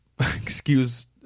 excuse